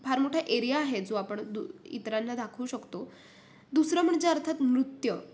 फार मोठा एरिया आहे जो आपण दु इतरांना दाखवू शकतो दुसरं म्हणजे अर्थात नृत्य